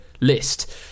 list